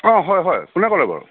অঁ হয় হয় কোনে ক'লে বাৰু